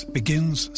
begins